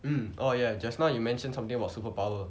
mm oh ya just now you mentioned something about superpower